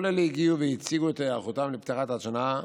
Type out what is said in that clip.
כל אלה הגיעו והציגו את היערכותם לפתיחת השנה,